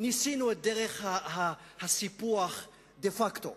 ניסינו את דרך הסיפוח דה-פקטו.